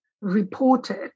reported